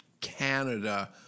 Canada